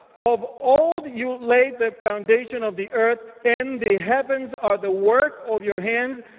of old you laid the foundation of the earth, and the heavens are the work of your hands.